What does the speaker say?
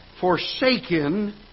forsaken